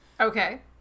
Okay